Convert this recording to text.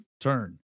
turn